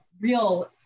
real